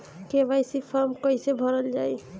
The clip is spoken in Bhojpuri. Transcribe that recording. के.वाइ.सी फार्म कइसे भरल जाइ?